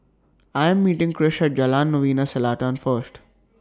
I Am meeting Krish At Jalan Novena Selatan First